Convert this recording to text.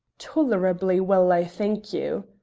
tolerably well, i thank you,